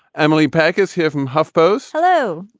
emily pacas here from huffpo's. hello.